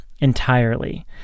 entirely